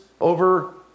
over